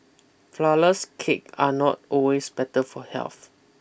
flourless cake are not always better for health